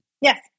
Yes